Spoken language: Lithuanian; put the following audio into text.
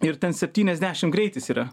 ir ten septyniasdešim greitis yra